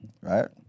right